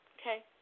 okay